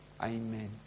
Amen